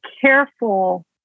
careful